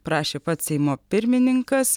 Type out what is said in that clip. prašė pats seimo pirmininkas